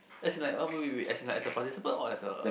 as in like oh wait wait wait as in like as a participant or as a